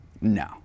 No